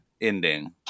ending